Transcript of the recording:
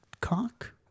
cock